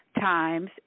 times